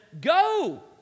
Go